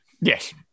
Yes